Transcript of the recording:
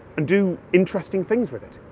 and do interesting things with it.